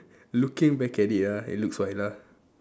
looking back at it ah it looks white ah